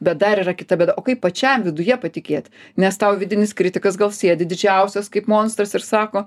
bet dar yra kita bėda o kaip pačiam viduje patikėt nes tau vidinis kritikas gal sėdi didžiausias kaip monstras ir sako